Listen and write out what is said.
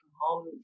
home